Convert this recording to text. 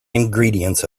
ingredients